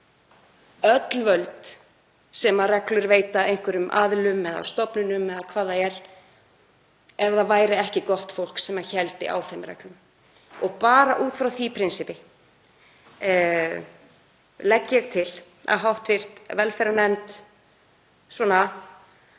öll völd sem reglur veita einhverjum aðilum eða stofnunum eða hvað það er, út frá því ef það væri ekki gott fólk sem héldi á þeim reglum. Og út frá því prinsippi legg ég til að hv. velferðarnefnd setji